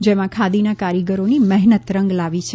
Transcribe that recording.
જેમાં ખાદીના કારીગરોની મહેનત રંગ લાવી છે